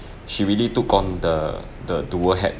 she really took on the the dual hat